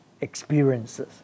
experiences